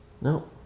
No